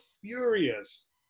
furious